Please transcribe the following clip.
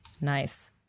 Nice